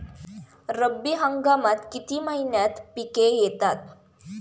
रब्बी हंगामात किती महिन्यांत पिके येतात?